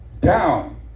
down